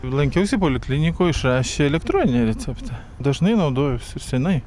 lankiausi poliklinikoje išrašė elektroninį receptą dažnai naudojuosi senai